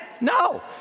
No